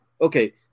okay